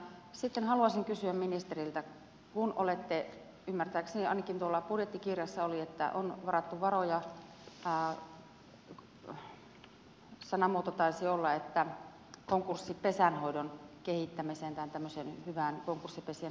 sitten haluaisin kysyä ministeriltä kun olette varanneet varoja ymmärtääkseni ainakin tuolla budjettikirjassa oli että on varattu varoja kuten sanamuoto taisi olla konkurssipesän hoidon kehittämiseen tämmöiseen hyvään konkurssipesien hoitoon